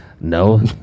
No